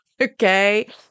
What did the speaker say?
okay